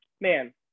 Man